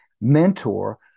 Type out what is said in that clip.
mentor